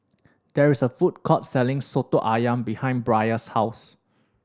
there is a food court selling Soto Ayam behind Bria's house